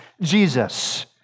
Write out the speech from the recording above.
Jesus